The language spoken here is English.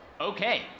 Okay